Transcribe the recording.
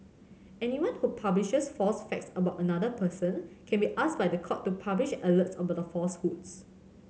anyone who publishes false facts about another person can be asked by the court to publish alerts about the falsehoods